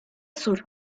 sur